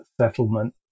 settlement